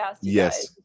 yes